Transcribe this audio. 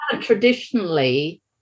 traditionally